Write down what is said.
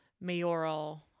mayoral